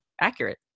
accurate